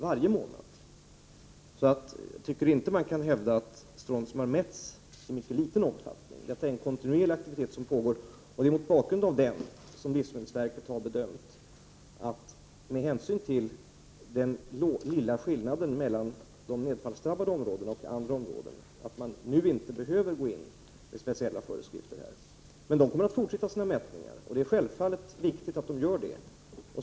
Jag tycker därför inte man kan hävda att strontium har mätts ”i mycket liten omfattning”. Detta är en aktivitet som pågår kontinuerligt. Det är mot bakgrund av den lilla skillnaden mellan de nedfallsdrabbade områdena och andra områden som livsmedelsverket har gjort bedömningen att man inte behöver gå in med speciella föreskrifter. Men man kommer att fortsätta sina mätningar, och det är självfallet viktigt.